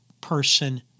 person